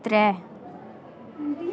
त्रै